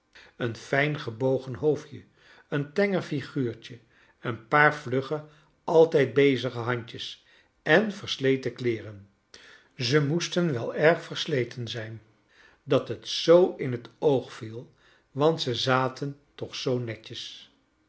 een fijn gebogen hoofdje een tenger figuurtje een paar vlugge altijd bezige handjes en versleten kleeren ze moesten wel erg versleten zijn dat het zoo in t oog viel want ze zaten toch zoo netjes